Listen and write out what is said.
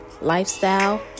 lifestyle